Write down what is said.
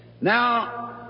Now